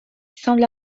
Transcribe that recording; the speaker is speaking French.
semble